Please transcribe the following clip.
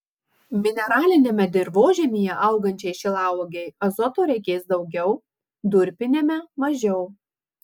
mineraliniame dirvožemyje augančiai šilauogei azoto reikės daugiau durpiniame mažiau